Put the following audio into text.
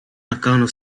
accounts